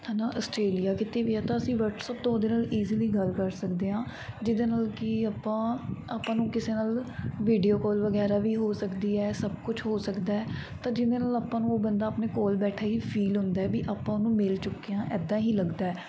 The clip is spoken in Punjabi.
ਹੈ ਨਾ ਅਸਟ੍ਰੇਲੀਆ ਕਿਤੇ ਵੀ ਹੈ ਤਾਂ ਅਸੀਂ ਵਟਸਅੱਪ ਤੋਂ ਉਹਦੇ ਨਾਲ ਈਜਲੀ ਗੱਲ ਕਰ ਸਕਦੇ ਹਾਂ ਜਿਹਦੇ ਨਾਲ ਕਿ ਆਪਾਂ ਆਪਾਂ ਨੂੰ ਕਿਸੇ ਨਾਲ ਵੀਡੀਓ ਕੌਲ ਵਗੈਰਾ ਵੀ ਹੋ ਸਕਦੀ ਹੈ ਸਭ ਕੁਛ ਹੋ ਸਕਦਾ ਤਾਂ ਜਿਹਦੇ ਨਾਲ ਆਪਾਂ ਨੂੰ ਉਹ ਬੰਦਾ ਆਪਣੇ ਕੋਲ ਬੈਠਾ ਹੀ ਫੀਲ ਹੁੰਦਾ ਵੀ ਆਪਾਂ ਉਹਨੂੰ ਮਿਲ ਚੁੱਕੇ ਹਾਂ ਇੱਦਾਂ ਹੀ ਲੱਗਦਾ ਹੈ